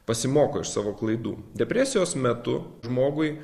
pasimoko iš savo klaidų depresijos metu žmogui